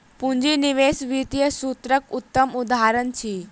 पूंजी निवेश वित्तीय सूत्रक उत्तम उदहारण अछि